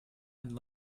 and